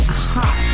hot